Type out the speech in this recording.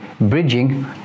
bridging